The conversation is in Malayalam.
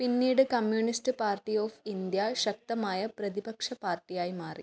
പിന്നീട് കമ്മ്യൂണിസ്റ്റ് പാർട്ടി ഓഫ് ഇന്ത്യ ശക്തമായ പ്രതിപക്ഷ പാർട്ടിയായി മാറി